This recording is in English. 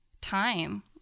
time